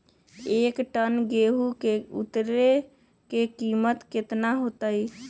एक टन गेंहू के उतरे के कीमत कितना होतई?